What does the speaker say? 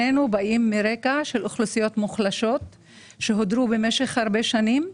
שנינו באים מרקע של אוכלוסיות מוחלשות שהודרו במשך שנים רבות,